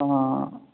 ਹਾਂ